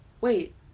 Wait